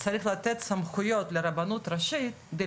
צריך לתת סמכויות לרבנות ראשית כדי